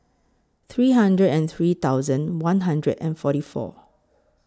three hundred and three thousand one hundred and forty four